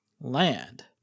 land